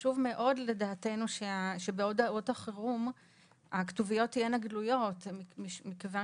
חשוב מאוד לדעתנו שבהודעות החירום הכתוביות תהיינה גלויות מכיוון